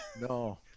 no